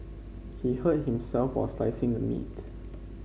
he hurt himself while slicing the meat